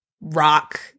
rock